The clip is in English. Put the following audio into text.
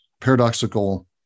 paradoxical